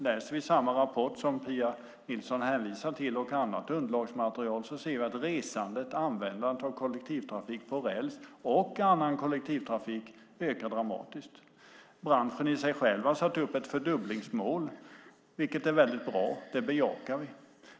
Läser vi samma rapport som Pia Nilsson hänvisar till och annat underlagsmaterial ser vi att resandet och användandet av kollektivtrafik på räls och annan kollektivtrafik ökar dramatiskt. Branschen själv har satt upp ett fördubblingsmål, vilket är bra; det bejakar vi.